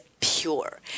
pure